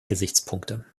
gesichtspunkte